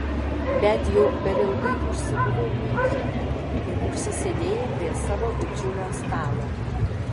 bet jau per ilgai užsibuvau miunchene ir užsisėdėjau prie savo bičiulio stalo